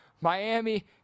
Miami